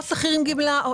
או שכיר עם גמלה.